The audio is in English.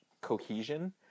cohesion